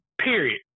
Period